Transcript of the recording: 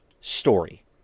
story